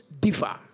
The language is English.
differ